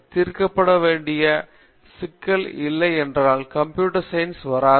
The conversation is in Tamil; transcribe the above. தீர்க்கப்பட வேண்டிய சிக்கல் இல்லை என்றால் கம்ப்யூட்டர் சயின்ஸ் வளராது